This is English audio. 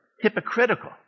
hypocritical